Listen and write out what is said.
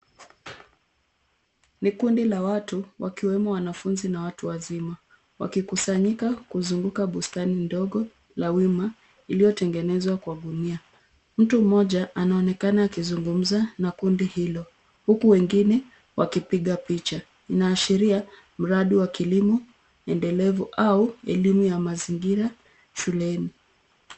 Ni kundi la watu wakiwemo wanafunzi na watu wazima wakikusanyika kuzunguka bustani ndogo la wima iliyotengenezwa kwa gunia. Mtu mmoja anaonekana akizungumza na kundi hilo huku wengine wakipiga picha. Inaashiria mradi wa kilimo enedelevu au elimu ya mazingira shuleni.